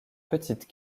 petite